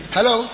Hello